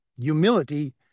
humility